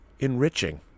enriching